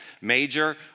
major